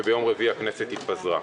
וביום רביעי הכנסת התפזרה.